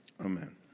Amen